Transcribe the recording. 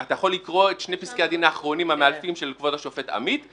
אתה יכול לקרוא את שני פסקי הדין האחרונים המאלפים של כבוד השופט עמית,